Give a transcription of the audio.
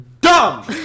dumb